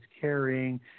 carrying